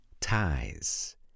ties